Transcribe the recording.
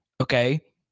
okay